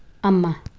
ꯑꯃ